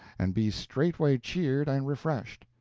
and be straightway cheered and refreshed.